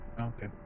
Okay